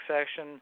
section